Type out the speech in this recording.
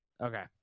Okay